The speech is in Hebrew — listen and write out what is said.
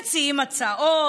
מציעים הצעות,